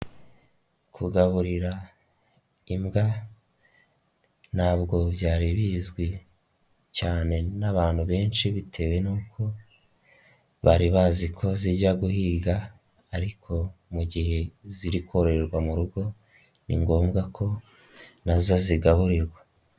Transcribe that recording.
Kugaburira imbwa ntabwo byari bizwi cyane n'abantu benshi bitewe n'uko bari bazi ko zijya guhiga, ariko mu gihe ziri kororerwa mu rugo ni ngombwa ko nazo zigaburirwa.